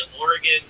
Oregon